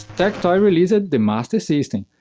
tectoy released the master system,